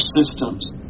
systems